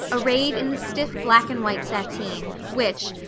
arrayed in the stiff black-and-white sateen, which,